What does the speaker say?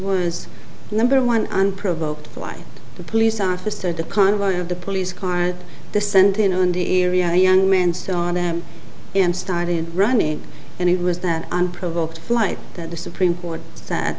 was number one unprovoked why the police officer the convoy of the police car the sent in on the area a young man saw them and started running and it was that unprovoked flight that the supreme court that